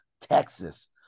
Texas